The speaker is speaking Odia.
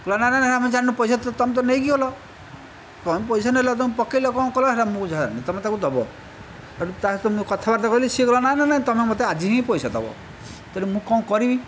କହିଲା ନା ନା ନା ଆମେ ଜାଣିନାହୁଁ ପଇସା ତ ତୁମେ ତ ନେଇକି ଗଲ ତମେ ପଇସା ନେଲ ତମେ ପକାଇଲ କ'ଣ କଲ ସେଇଟା ମୁଁ ଜାଣିନାହିଁ ତୁମେ ତାକୁ ଦେବ ସେଇଠୁ ତା' ସହିତ ମୁଁ କଥାବାର୍ତ୍ତା କଲି ସେ କହିଲା ନା ନା ନା ତୁମେ ମୋତେ ଆଜି ହିଁ ପଇସା ଦେବ ତେଣୁ ମୁଁ କ'ଣ କରିବି